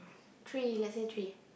tree let's say tree